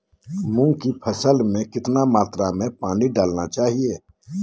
मूंग की फसल में कितना मात्रा में पानी डालना चाहिए?